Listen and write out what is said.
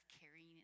carrying